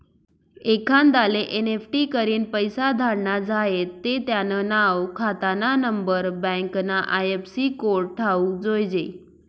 एखांदाले एन.ई.एफ.टी करीन पैसा धाडना झायेत ते त्यानं नाव, खातानानंबर, बँकना आय.एफ.सी कोड ठावूक जोयजे